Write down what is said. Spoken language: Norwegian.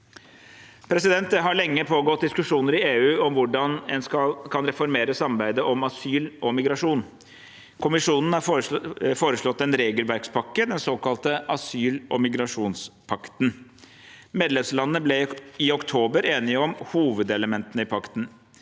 Det har lenge pågått diskusjoner i EU om hvordan en kan reformere samarbeidet om asyl og migrasjon. Kommisjonen har foreslått en regelverkspakke, den såkalte asyl- og migrasjonspakten. Medlemsstatene ble i oktober enige om hovedelementene i pakten.